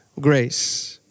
grace